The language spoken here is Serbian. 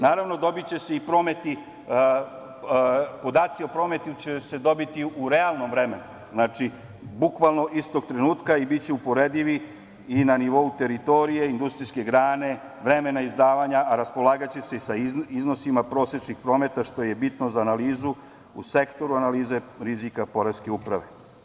Naravno, podaci o prometu će se dobiti u realnom vremenu, bukvalno istog trenutka i biće uporedivi i na nivou teritorije, industrijske grane, vremena izdavanja, a raspolagaće se i sa iznosima prosečnih prometa, što je bitno za analizu u sektoru analize rizika poreske uprave.